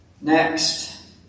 Next